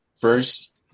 First